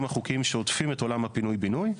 החוקיים שעוטפים את עולם הפינוי בינוי,